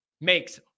Makes